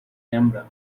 camera